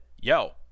yo